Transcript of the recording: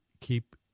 keep